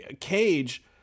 cage